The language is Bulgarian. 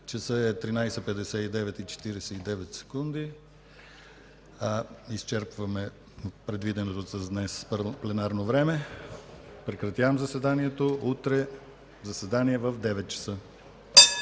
и девет секунди. Изчерпваме предвиденото за днес пленарно време. Прекратявам заседанието. Утре заседание в 9,00 ч.